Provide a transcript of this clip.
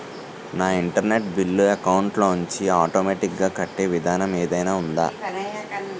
నా internet bill account లోంచి automatic గా కట్టే విధానం ఏదైనా ఉందా?